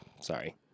Sorry